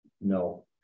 No